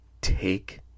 Take